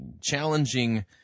challenging